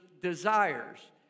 desires